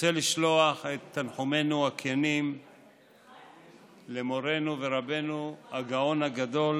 רוצה לשלוח את תנחומינו הכנים למורנו ורבנו הגאון הגדול